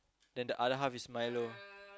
then the other half is Milo